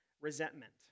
resentment